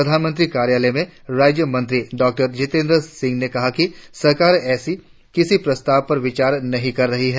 प्रधानमंत्री कार्यालय में राज्यमंत्री डॉ जितेन्द्र सिंह ने कहा कि सरकार ऎसे किसी प्रस्ताव पर विचार नहीं कर रही है